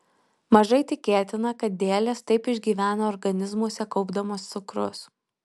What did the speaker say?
mažai tikėtina kad dėlės taip išgyvena organizmuose kaupdamos cukrus